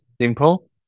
simple